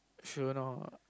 sure a not